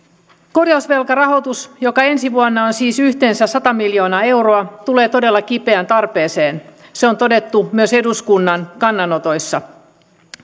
korjausvelkarahoitus joka ensi vuonna on siis yhteensä sata miljoonaa euroa tulee todella kipeään tarpeeseen se on todettu myös eduskunnan kannanotoissa